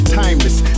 timeless